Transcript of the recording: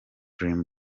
dream